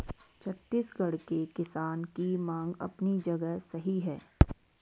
छत्तीसगढ़ के किसान की मांग अपनी जगह सही है